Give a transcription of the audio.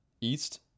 East